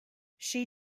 she